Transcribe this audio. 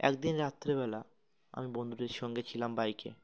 একদিন রাত্রিবেলা আমি বন্ধুদের সঙ্গে ছিলাম বাইকে